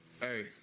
Hey